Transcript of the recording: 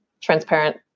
Transparent